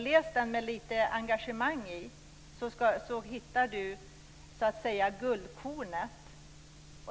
Läs den med lite engagemang, så hittar du guldkornet.